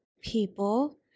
people